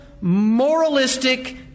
Moralistic